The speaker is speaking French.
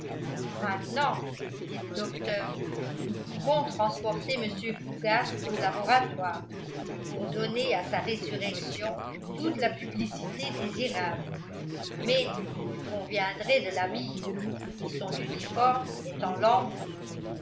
maintenant dit le docteur nous pouvons transporter mr fougas au laboratoire pour donner à sa résurrection toute la publicité désirable mais il conviendrait de l'habiller et son uniforme est en lambeaux